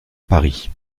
paris